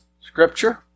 Scripture